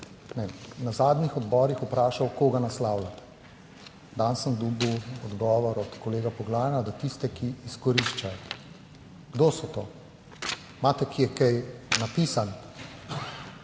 na zadnjih odborih vprašal koga naslavljate. Danes sem dobil odgovor od kolega Poglajna, da tiste, ki izkoriščajo. Kdo so to? Imate kje kaj napisano?